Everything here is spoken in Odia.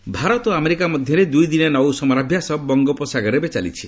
ସମରାଭ୍ୟାସ ଭାରତ ଓ ଆମେରିକା ମଧ୍ୟରେ ଦୁଇଦିନିଆ ନୌ ସମରାଭ୍ୟାସ ବଙ୍ଗୋପସାଗରରେ ଏବେ ଚାଲିଛି